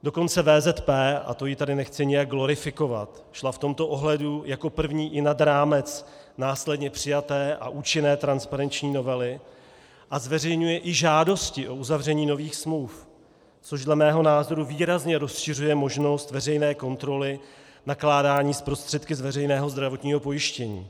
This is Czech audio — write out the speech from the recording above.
Dokonce VZP, a to ji tady nechci nijak glorifikovat, šla v tomto ohledu jako první i nad rámec následně přijaté a účinné transparenční novely a zveřejňuje i žádosti o uzavření nových smluv, což dle mého názoru výrazně rozšiřuje možnost veřejné kontroly nakládání s prostředky z veřejného zdravotního pojištění.